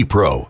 Pro